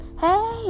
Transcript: Hey